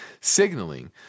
signaling